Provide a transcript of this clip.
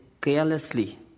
carelessly